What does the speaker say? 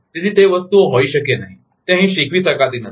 તેથી તે વસ્તુઓ હોઈ શકે નહીં તે અહીં શીખવી શકાતી નથી